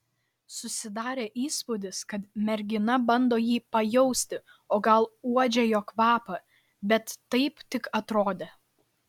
susidarė įspūdis kad mergina bando jį pajausti o gal uodžia jo kvapą bet taip tik atrodė